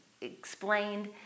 explained